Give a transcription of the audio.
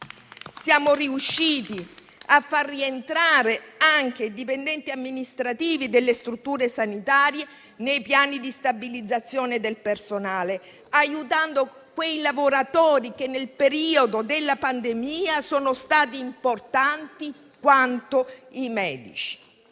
siamo riusciti a far rientrare anche i dipendenti amministrativi delle strutture sanitarie nei piani di stabilizzazione del personale, aiutando quei lavoratori che nel periodo della pandemia sono stati importanti quanto i medici.